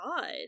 god